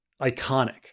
iconic